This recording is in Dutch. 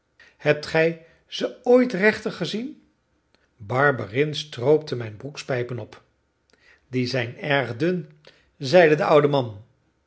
hebt gij ze ooit rechter gezien barberin stroopte mijn broekspijpen op die zijn erg dun zeide de oude man